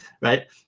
right